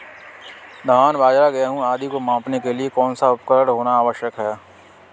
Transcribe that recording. धान बाजरा गेहूँ आदि को मापने के लिए कौन सा उपकरण होना आवश्यक है?